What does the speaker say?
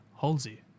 Halsey